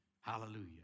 Hallelujah